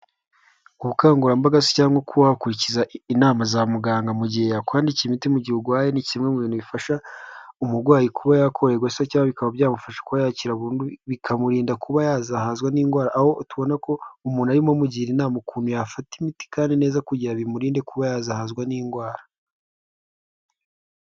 Ubukangurambaga se cyangwa kuba wakurikiza inama za muganga mu gihe yakwandikira imiti, mu gihe urwaye, ni kimwe mu bintu bifasha umurwayi kuba yakoroherwa se cyangwa bikaba byamufasha kuba yakira burundu, bikamurinda kuba yazahazwa n'indwara, aho tubona ko umuntu arimo umugira inama ukuntu yafata imiti kandi neza, kugira bimurinde kuba yazahazwa n'indwara.